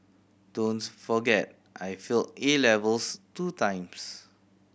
don't forget I failed A levels two times